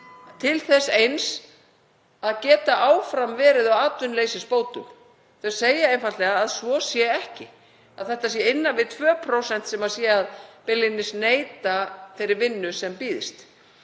til þess eins að geta áfram verið á atvinnuleysisbótum. Þau segja einfaldlega að svo sé ekki, að það séu innan við 2% sem séu beinlínis að neita þeirri vinnu sem býðst.